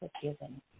forgiven